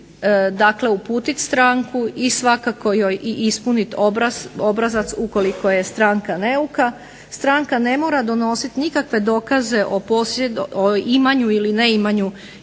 dakle uputiti stranku i svakako joj i ispuniti obrazac ukoliko je stranka neuka, stranka ne mora donositi nikakve dokaze o imanju ili neimanju